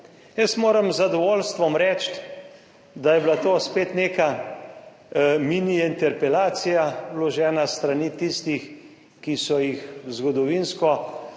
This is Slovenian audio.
Jaz moram z zadovoljstvom reči, da je bila to spet neka mini interpelacija. vložena s strani tistih, ki so jih zgodovinsko v